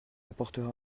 apportera